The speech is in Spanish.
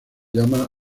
llama